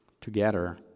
together